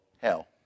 hell